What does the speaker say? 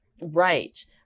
right